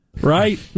Right